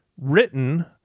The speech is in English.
written